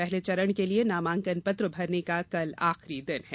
पहले चरण के लिए नामांकन पत्र भरने का कल आखिरी दिन है